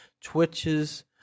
Twitches